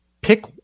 pick